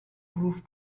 proof